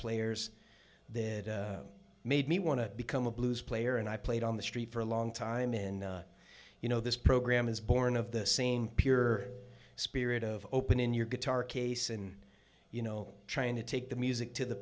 players that made me want to become a blues player and i played on the street for a long time in you know this program is born of the same pure spirit of open in your guitar case and you know trying to take the music to the